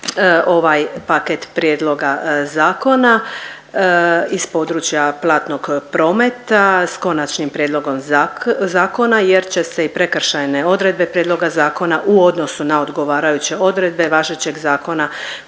ovaj paket prijedloga zakona iz područja platnog prometa s konačnim prijedlogom zakona jer će se i prekršajne odredbe prijedloga zakona u odnosu na odgovarajuće odredbe važećeg zakona